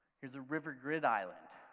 here's a river grid island,